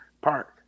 park